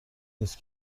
نیست